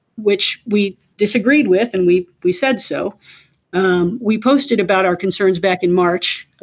which we disagreed with and we we said so um we posted about our concerns back in march.